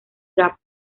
gap